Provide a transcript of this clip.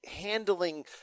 handling